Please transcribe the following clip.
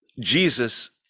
Jesus